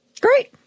Great